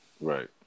Right